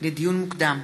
לדיון מוקדם: